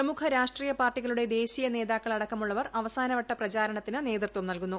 പ്രമുഖ രാഷ്ട്രീയ പാർട്ടികളുടെ ദേശീയ നേതാക്കൾ അടക്കമുള്ളവർ അവസാന വട്ട പ്രചാരണത്തിന് നേതൃത്വം നൽകുന്നു